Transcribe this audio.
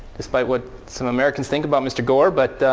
despite what some americans think about mr. gore. but